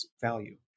value